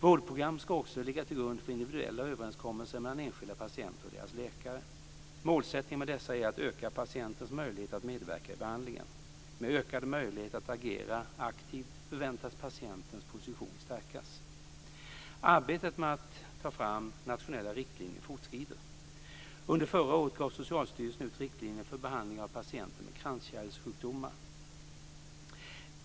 Vårdprogram ska också ligga till grund för individuella överenskommelser mellan enskilda patienter och deras läkare. Målsättningen med dessa är att öka patientens möjligheter att medverka i behandlingen. Med ökade möjligheter att agera aktivt förväntas patientens position stärkas. Arbetet med att ta fram nationella riktlinjer fortskrider. Under förra året gav Socialstyrelsen ut riktlinjer för behandling av patienter med kranskärlsjukdomar.